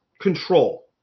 control